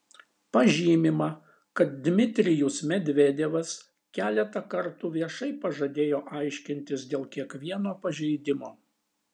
pažymima kad dmitrijus medvedevas keletą kartų viešai pažadėjo aiškintis dėl kiekvieno pažeidimo